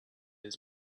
his